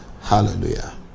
Hallelujah